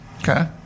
Okay